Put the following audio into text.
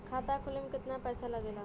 खाता खोले में कितना पैसा लगेला?